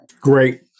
Great